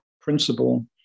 principle